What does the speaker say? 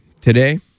Today